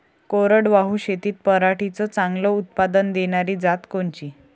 कोरडवाहू शेतीत पराटीचं चांगलं उत्पादन देनारी जात कोनची?